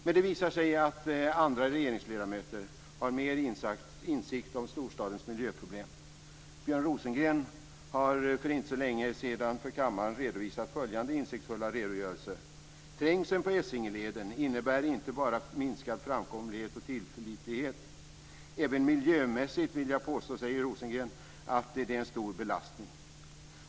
Men det har visat sig att andra regeringsledamöter har mer insikt i storstadens miljöproblem. Björn Rosengren redovisade för inte så länge sedan för kammaren följande insiktsfulla redogörelse: "Trängseln på Essingeleden innebär inte bara minskad framkomlighet och tillförlitlighet. Även miljömässigt vill jag påstå att den är en stor belastning."